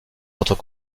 autres